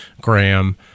Graham